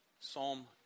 Psalm